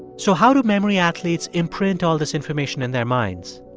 so how do memory athletes imprint all this information in their minds?